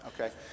okay